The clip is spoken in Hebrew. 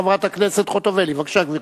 חברת הכנסת חוטובלי, בבקשה, גברתי.